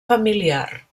familiar